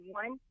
one